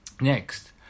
Next